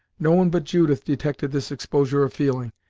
no one but judith detected this exposure of feeling,